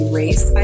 race